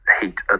heat